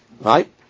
right